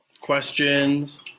questions